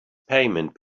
payment